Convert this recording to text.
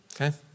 Okay